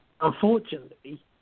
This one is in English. unfortunately